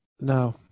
No